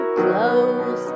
close